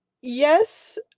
Yes